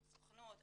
עם הסוכנות,